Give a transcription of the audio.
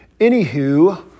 Anywho